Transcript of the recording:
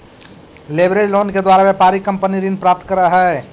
leverage loan के द्वारा व्यापारिक कंपनी ऋण प्राप्त करऽ हई